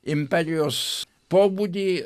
imperijos pobūdį